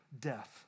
death